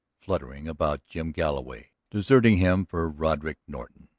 fluttering about jim galloway, deserting him for roderick norton,